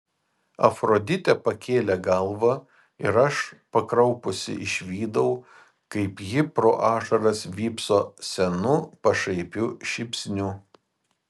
afroditė pakėlė galvą ir aš pakraupusi išvydau kaip ji pro ašaras vypso senu pašaipiu šypsniu